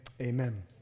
amen